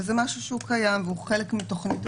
וזה משהו שהוא קיים והוא חלק מתכנית הלימודים.